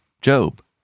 Job